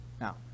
now